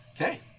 Okay